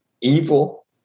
evil